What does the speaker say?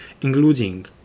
including